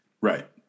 Right